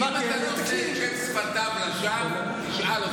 אם אתה נושא את שם שפתיו לשווא, תשאל אותו.